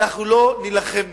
אנחנו לא נילחם נגדה.